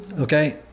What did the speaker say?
okay